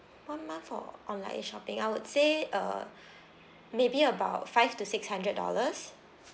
one month for online shopping I would say uh maybe about five to six hundred dollars